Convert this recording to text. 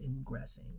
ingressing